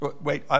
Wait